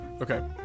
Okay